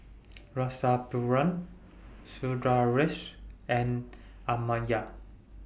Rasipuram Sundaresh and Amartya